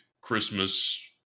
Christmas